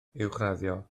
uwchraddio